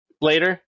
later